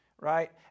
right